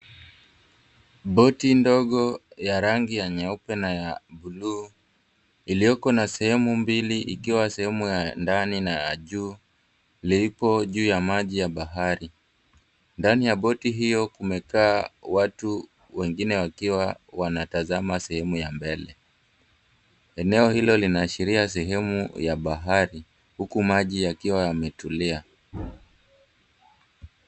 Boti ndogo ya rangi ya nyeupe na ya buluu iliyoko na sehemu mbili, ikiwa sehemu ya ndani na juu, lipo juu ya maji ya bahari. Ndani ya boti hiyo kumekaa watu wengine wakiwa wanatazama sehemu ya mbele. Eneo hilo linaashiria sehemu ya bahari, huku maji yakiwa yametulia.